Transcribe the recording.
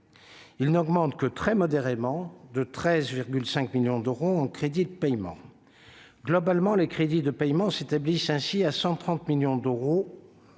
Ils n'augmentent que très modérément, de 13,5 millions d'euros, en crédits de paiement. Globalement, les crédits de paiement s'établissent ainsi à 130 millions d'euros